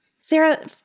Sarah